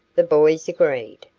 the boys agreed.